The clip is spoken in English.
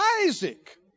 Isaac